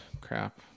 crap